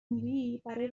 میری؟ برای